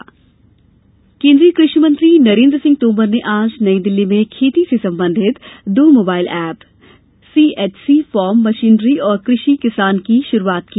कृषि ऐप केन्द्रीय कृषि मंत्री नरेन्द्र सिंह तोमर ने आज नई दिल्ली में खेती से संबंधित दो mobile app CHC farm machinery और कृषि किसान की शुरूआत की